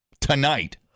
tonight